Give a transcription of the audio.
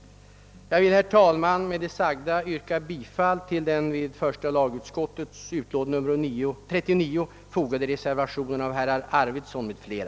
Jag vill, herr talman, med det sagda yrka bifall till den till första lagutskottets utlåtande nr 39 fogade reservationen av herr Arvidson m.fl.